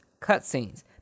cutscenes